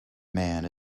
man